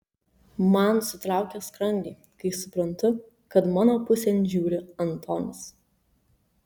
man sutraukia skrandį kai suprantu kad mano pusėn žiūri antonis